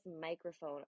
microphone